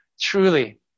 truly